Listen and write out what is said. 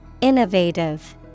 Innovative